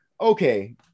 Okay